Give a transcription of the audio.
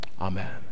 amen